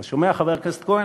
אתה שומע, חבר הכנסת כהן?